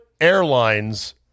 Airlines